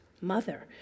mother